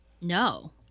No